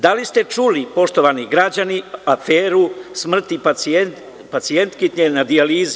Da li ste čuli poštovani građani aferu smrti pacijentkinje na dijalizi?